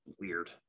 weird